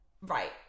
right